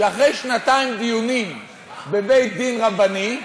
שאחרי שנתיים של דיונים בבית-דין רבני,